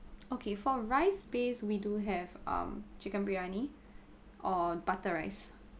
okay for rice based we do have um chicken biryani or butter rice